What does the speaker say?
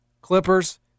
Clippers